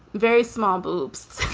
very small boobs.